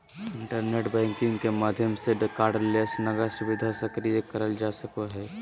internet banking के माध्यम से कार्डलेस नकद सुविधा सक्रिय करल जा सको हय